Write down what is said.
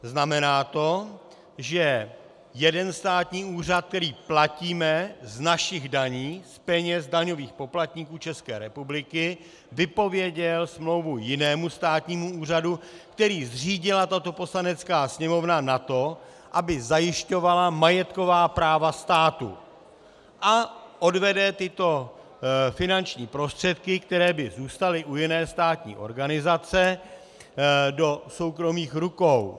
Znamená to, že jeden státní úřad, který platíme z našich daní, z peněz daňových poplatníků České republiky, vypověděl smlouvu jinému státnímu úřadu, který zřídila tato Poslanecká sněmovna na to, aby zajišťovala majetková práva státu, a odvede tyto finanční prostředky, které by zůstaly u jiné státní organizace, do soukromých rukou.